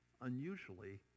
unusually